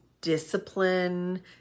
discipline